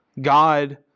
God